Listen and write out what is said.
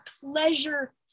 pleasure